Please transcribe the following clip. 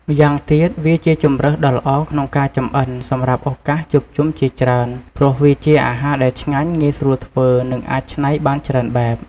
ម្យ៉ាងទៀត វាជាជម្រើសដ៏ល្អក្នុងការចម្អិនសម្រាប់ឱកាសជួបជុំជាច្រើន ព្រោះវាជាអាហារដែលឆ្ងាញ់ ងាយស្រួលធ្វើ និងអាចច្នៃបានច្រើនបែប។